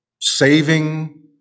saving